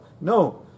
No